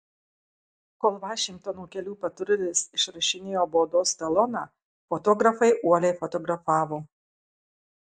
kol vašingtono kelių patrulis išrašinėjo baudos taloną fotografai uoliai fotografavo